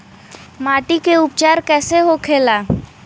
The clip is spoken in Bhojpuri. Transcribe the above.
माटी के उपचार कैसे होखे ला?